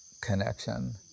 connection